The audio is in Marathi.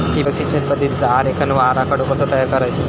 ठिबक सिंचन पद्धतीचा आरेखन व आराखडो कसो तयार करायचो?